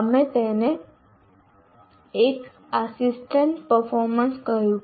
અમે તેને 1 assisted performance કહ્યું